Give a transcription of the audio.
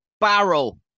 barrel